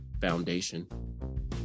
Foundation